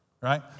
right